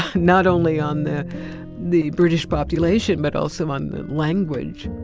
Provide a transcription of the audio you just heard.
ah not only on the the british population but also on the language.